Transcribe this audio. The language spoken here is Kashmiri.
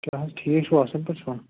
کیٛاہ حظ ٹھیٖک چھِوا اَصٕل پٲٹھۍ چھِوا